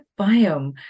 biome